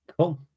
Cool